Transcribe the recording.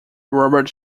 robert